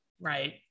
Right